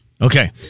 Okay